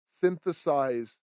synthesize